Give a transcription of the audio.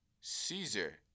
Caesar